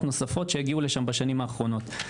נוספות שהגיעו לשם בשנים האחרונות,